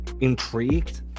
intrigued